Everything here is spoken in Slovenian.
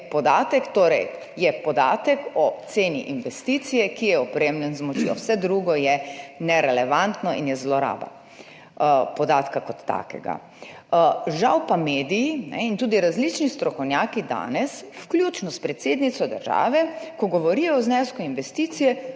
torej podatek o ceni investicije, ki je opremljen z močjo, vse drugo je nerelevantno in je zloraba podatka kot takega. Žal pa mediji in tudi različni strokovnjaki danes, vključno s predsednico države, ko govorijo o znesku investicije,